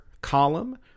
column